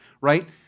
right